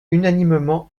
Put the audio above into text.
unanimement